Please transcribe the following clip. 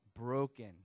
broken